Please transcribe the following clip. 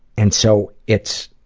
and so, it's.